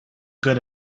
good